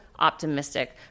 optimistic